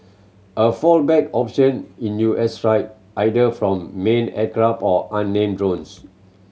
a fallback option is U S strike either from manned aircraft or unmanned drones